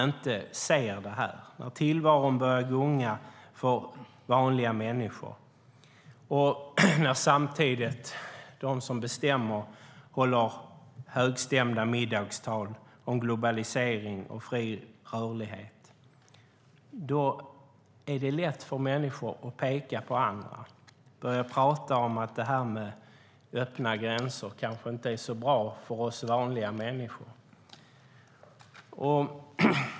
När tillvaron börjar gunga för vanliga människor och när de som bestämmer samtidigt håller högstämda middagstal om globalisering och fri rörlighet blir det lätt för människor att peka på andra och börja prata om att det här med öppna gränser kanske inte är så bra för oss vanliga människor.